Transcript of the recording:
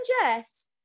Jess